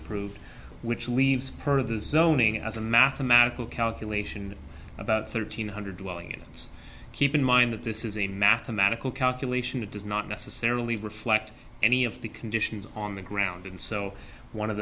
approved which leaves her the zoning as a mathematical calculation about thirteen hundred welling in its keep in mind that this is a mathematical calculation that does not necessarily reflect any of the conditions on the ground and so one of